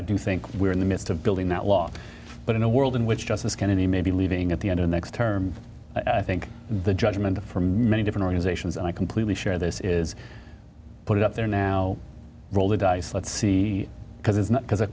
i do think we're in the midst of building that law but in a world in which justice kennedy may be leaving at the end of next term i think the judgment of for many different organizations and i completely share this is put out there now roll the dice let's see because it's not